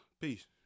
peace